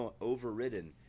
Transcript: overridden